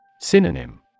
Synonym